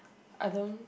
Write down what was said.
I don't